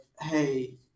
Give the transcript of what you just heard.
hey